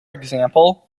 example